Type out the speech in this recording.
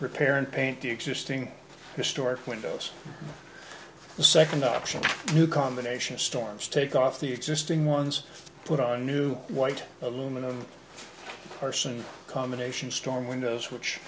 repair and paint the existing historic windows the second option new combination of storms take off the existing ones put on a new white aluminum arson combination storm windows which